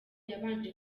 yabanje